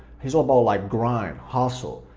he's all about like grind, hustle,